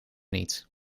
niet